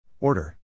Order